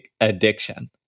addiction